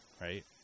Right